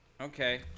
Okay